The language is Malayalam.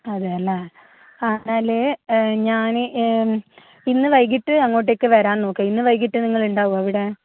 അതേ അല്ലേ ആ എന്നാൽ ഞാൻ ഇന്ന് വൈകിട്ട് അങ്ങോട്ടേക്ക് വരാൻ നോക്കാം ഇന്ന് വൈകിട്ട് നിങ്ങൾ ഉണ്ടാകുമോ ഇവിടെ